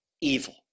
evil